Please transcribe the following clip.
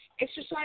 Exercise